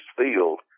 field